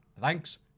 Thanks